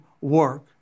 work